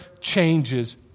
changes